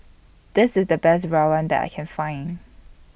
This IS The Best Rawon that I Can Find